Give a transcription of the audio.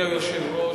אדוני היושב-ראש,